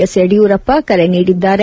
S Yediyurappa ಕರೆ ನೀಡಿದ್ದಾರೆ